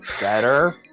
better